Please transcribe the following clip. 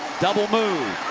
double move.